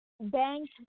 bank